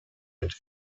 mit